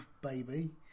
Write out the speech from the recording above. baby